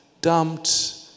dumped